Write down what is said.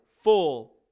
full